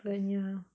when you're